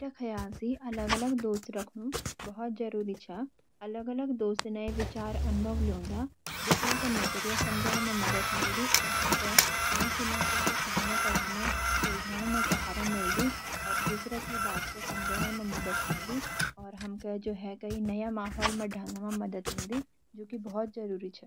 मेरा ख्याल सी अलग अलग दोस्त रखनू बहुत जरूरी छ, अलग अलग दोस्त नया विचार और अनुभव लॉन्दा, दूसरा का नजरिया समझन म मदद मिलदी। हम ते नई चुनौतियों का सामना करन मं और सुलझोंन म सहारा मिलदू और दूसरा की बात के समझन म मदद मिलदी और हमके जु है नया माहौल म ढलन म मदद मिलदी जु की बहुत जरूरी छ।